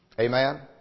Amen